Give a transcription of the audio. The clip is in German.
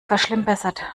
verschlimmbessert